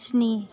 स्नि